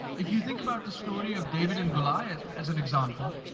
if you think about the story of david and goliath as an example,